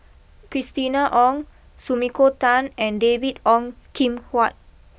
Christina Ong Sumiko Tan and David Ong Kim Huat